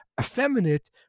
effeminate